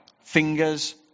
Fingers